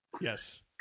Yes